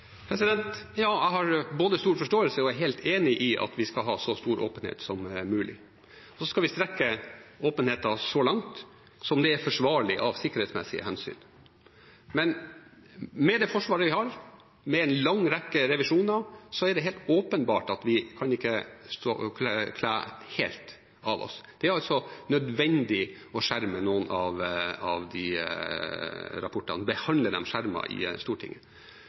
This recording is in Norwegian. at vi skal ha så stor åpenhet som mulig. Og så skal vi strekke åpenheten så langt det er forsvarlig av sikkerhetsmessige hensyn. Men med det forsvaret vi har, med en lang rekke revisjoner, er det helt åpenbart at vi ikke kan kle helt av oss. Det er altså nødvendig å skjerme noen av de rapportene, behandle dem skjermet i Stortinget.